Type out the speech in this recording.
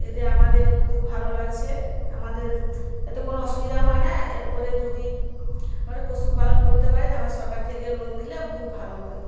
এতে আমাদের খুব ভালো লাগছে আমাদের এতে কোনও অসুবিধাও হয়না এরপরে যদি পশুপালন করতে পারে তো আমাকে সরকার থেকে লোন দিলে খুব ভালো হয়